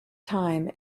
time